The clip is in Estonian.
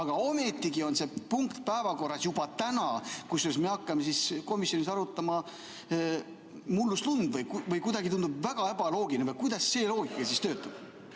Aga ometigi on see punkt päevakorras juba täna, kusjuures me hakkame siis komisjonis arutama mullust lund või. Kuidagi tundub väga ebaloogiline. Või kuidas see loogika töötab?